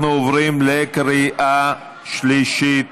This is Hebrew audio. אנחנו עוברים לקריאה שלישית.